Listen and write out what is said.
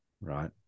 right